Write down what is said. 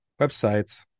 websites